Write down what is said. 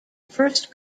first